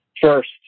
First